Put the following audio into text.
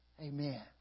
Amen